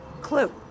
clue